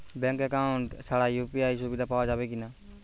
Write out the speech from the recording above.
Bank account ছাড়া UPI সুবিধা পাওয়া যাবে কি না?